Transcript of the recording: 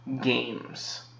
games